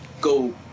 go